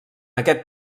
aquest